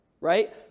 right